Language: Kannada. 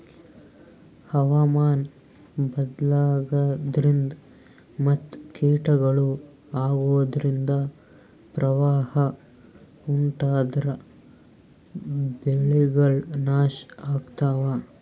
ಹವಾಮಾನ್ ಬದ್ಲಾಗದ್ರಿನ್ದ ಮತ್ ಕೀಟಗಳು ಅಗೋದ್ರಿಂದ ಪ್ರವಾಹ್ ಉಂಟಾದ್ರ ಬೆಳೆಗಳ್ ನಾಶ್ ಆಗ್ತಾವ